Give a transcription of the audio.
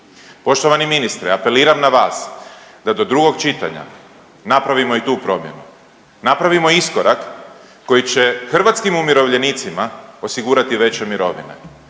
Poštovani ministre, apeliram na vas da do drugog čitanja napravimo i tu promjenu, napravimo iskorak koji će hrvatskim umirovljenicima osigurati veće mirovine,